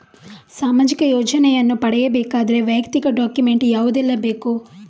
ಸಾಮಾಜಿಕ ಯೋಜನೆಯನ್ನು ಪಡೆಯಬೇಕಾದರೆ ವೈಯಕ್ತಿಕ ಡಾಕ್ಯುಮೆಂಟ್ ಯಾವುದೆಲ್ಲ ಬೇಕು?